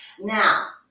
Now